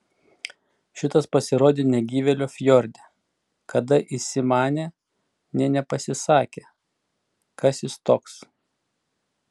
šitas pasirodė negyvėlio fjorde kada įsimanė nė nepasisakė kas jis toks